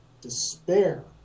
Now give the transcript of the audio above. despair